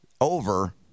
over